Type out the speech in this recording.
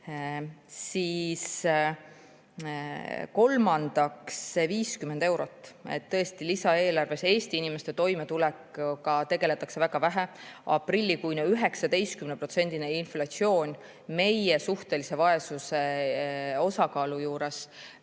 olemas. Kolmandaks, see 50 eurot. Tõesti, lisaeelarves Eesti inimeste toimetulekuga tegeldakse väga vähe. Aprillikuine 19%-line inflatsioon meie suhtelise vaesuse osakaalu juures